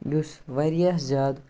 یُس واریاہ زیادٕ